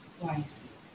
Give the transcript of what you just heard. twice